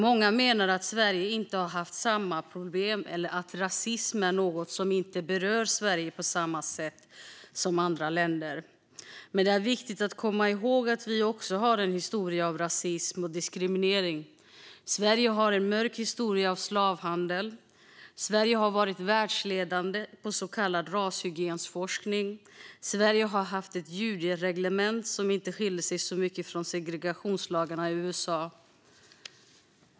Många menar att Sverige inte har haft samma problem eller att rasism är något som inte berör Sverige på samma sätt som andra länder. Men det är viktigt att komma ihåg att vi också har en historia av rasism och diskriminering. Sverige har en mörk historia av slavhandel. Sverige har varit världsledande inom så kallad rashygienforskning. Sverige har haft ett judereglemente som inte skilde sig så mycket från segregationslagarna i USA.